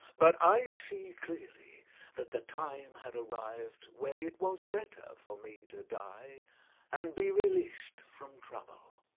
but i see clearly that the time had arrived when it was better for me to die and be released from trouble.